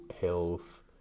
health